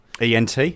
ENT